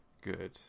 good